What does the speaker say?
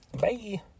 Bye